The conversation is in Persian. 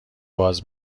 باز